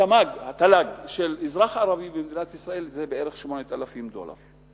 התל"ג של אזרח ערבי במדינת ישראל זה בערך 8,000 דולר.